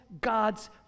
God's